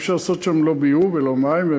אי-אפשר לעשות שם לא ביוב ולא מים,